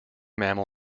mammal